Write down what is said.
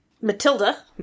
Matilda